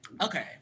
Okay